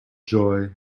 joy